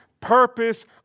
purpose